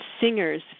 singers